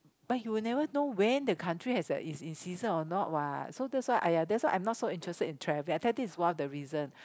but he will never know when the country has a is in season or not what so that's why !aiya! that's why I'm not so interested in travelling I think this is one of the reason